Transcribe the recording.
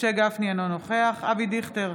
משה גפני, אינו נוכח אבי דיכטר,